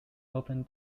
open